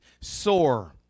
soar